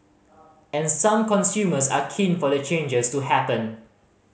in some consumers are keen for the changes to happen